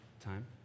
time